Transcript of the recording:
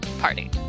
party